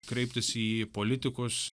kreiptis į politikus